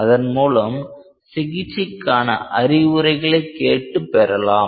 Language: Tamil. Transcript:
அதன் மூலம் சிகிச்சைக்கான அறிவுரைகளை கேட்டுப் பெறலாம்